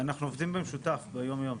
ואנחנו עובדים במשותף ביום-יום.